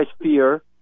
fear